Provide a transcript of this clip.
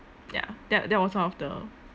ya that that was one of the